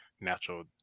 natural